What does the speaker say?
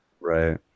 right